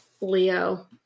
Leo